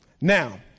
Now